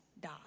die